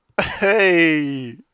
Hey